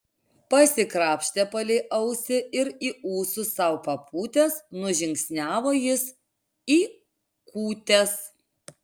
pasikrapštė palei ausį ir į ūsus sau papūtęs nužingsniavo jis į kūtes